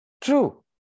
True